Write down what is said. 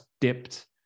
dipped